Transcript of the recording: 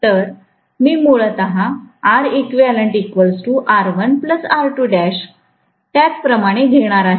तर मी मूलत त्याच प्रमाणे घेणार आहे